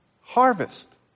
harvest